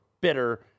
bitter